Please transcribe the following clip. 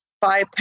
five